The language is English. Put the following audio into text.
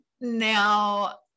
Now